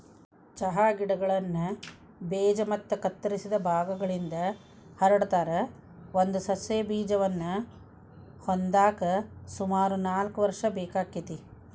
ಚಹಾ ಗಿಡಗಳನ್ನ ಬೇಜ ಮತ್ತ ಕತ್ತರಿಸಿದ ಭಾಗಗಳಿಂದ ಹರಡತಾರ, ಒಂದು ಸಸ್ಯ ಬೇಜವನ್ನ ಹೊಂದಾಕ ಸುಮಾರು ನಾಲ್ಕ್ ವರ್ಷ ಬೇಕಾಗತೇತಿ